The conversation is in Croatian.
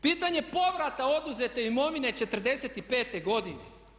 Pitanje povrata oduzete imovine '45. godine.